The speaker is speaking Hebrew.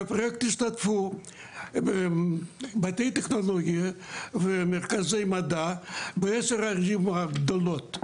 בפרויקט השתתפו בתי טכנולוגיה ומרכזי מדע בעשר הערים הגדולות.